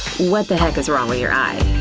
what the heck is wrong with your eye?